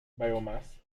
biomass